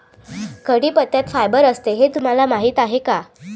कढीपत्त्यात फायबर असते हे तुम्हाला माहीत आहे का?